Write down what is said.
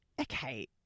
okay